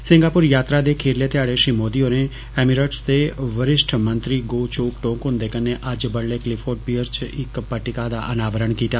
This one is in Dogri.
सिंगापुर यात्रा दे खीरले ध्याड़े श्री मोदी होरें एमिरटस दे वरिष्ठ मंत्री गोह चोक टोंग हुंदे कन्नै अज्ज बड्डलै क्लिफोर्ड पियर च इक्क पट्टिका दा अनावरण कीता